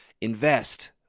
Invest